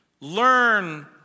learn